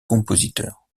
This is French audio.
compositeurs